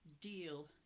deal